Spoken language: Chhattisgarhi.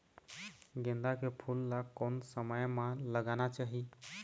गेंदा के फूल ला कोन समय मा लगाना चाही?